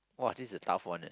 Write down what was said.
!wah! this a tough one eh